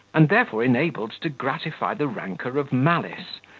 and therefore enabled to gratify the rancour of malice,